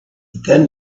thin